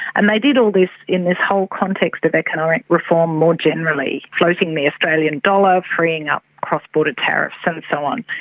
and they did all this in this whole context of economic reform more generally, floating the australian dollar, freeing up cross-border tariffs and so on,